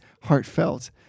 heartfelt